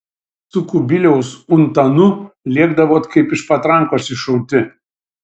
su kubiliaus untanu lėkdavot kaip iš patrankos iššauti